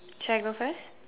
should I go first